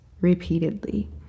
repeatedly